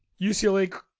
UCLA